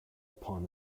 upon